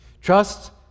Trust